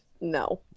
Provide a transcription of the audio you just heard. No